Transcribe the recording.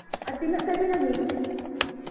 ᱟᱨ ᱛᱤᱱᱟᱹᱜ ᱥᱮᱫ ᱵᱮᱱ ᱟᱹᱜᱩᱭᱟ